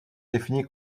définit